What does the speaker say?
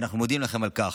ואנחנו מודים לכם על כך,